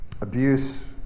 Abuse